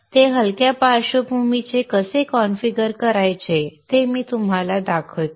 ते हलक्या पार्श्वभूमीत कसे कॉन्फिगर करायचे ते मी तुम्हाला दाखवतो